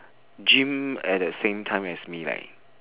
gym at the same time as me leh